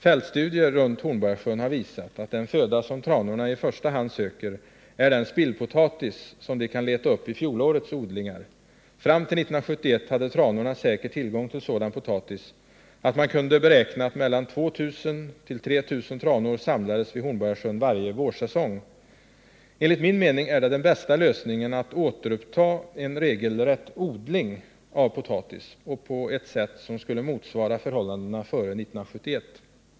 Fältstudier runt Hornborgasjön har visat att den föda som tranorna i första hand söker är den spillpotatis som de kan leta uppi fjolårets odlingar. Fram till 1971 hade tranorna säker tillgång till sådan potatis. Man kunde beräkna att mellan 2 000 och 3 000 tranor samlades vid Hornborgasjön varje vårsäsong. Enligt min mening är den bästa lösningen att återuppta en regelrätt odling av potatis på ett sätt som skulle motsvara förhållandena före 1971.